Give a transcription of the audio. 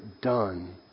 done